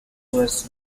was